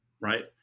Right